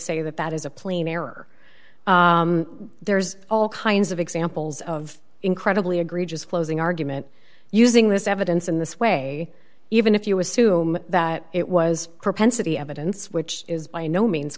say that that is a plain error there's all kinds of examples of incredibly agree just closing argument using this evidence in this way even if you assume that it was propensity evidence which is by no means